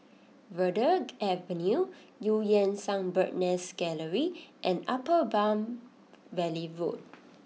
Verde Avenue Eu Yan Sang Bird's Nest Gallery and Upper Palm Valley Road